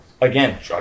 again